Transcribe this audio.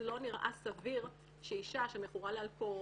לא נראה סביר שאישה שמכורה לאלכוהול,